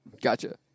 Gotcha